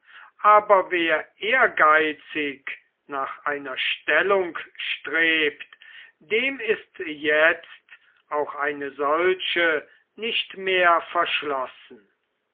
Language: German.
aber wer ehrgeizig nach einer stellung strebt dem ist jetzt auch eine solche nicht mehr verschlossen